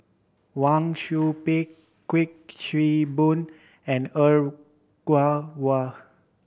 Wang Sui Pick Kuik Swee Boon and Er Kwong Wah